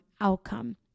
outcome